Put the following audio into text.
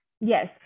Yes